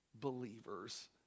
believers